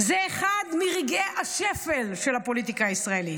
אחד מרגעי השפל של הפוליטיקה הישראלית.